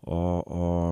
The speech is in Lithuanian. o o